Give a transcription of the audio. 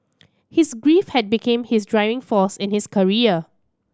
his grief had became his driving force in his career